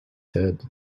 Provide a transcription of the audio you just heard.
head